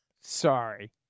Sorry